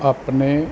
ਆਪਣੇ